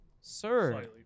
Sir